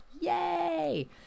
yay